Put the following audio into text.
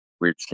Weird